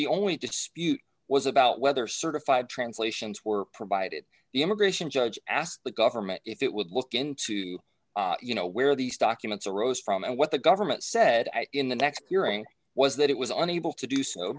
the only dispute was about whether certified translations were provided the immigration judge asked the government if it would look into you know where these documents arose from and what the government said in the next hearing was that it was unable to do so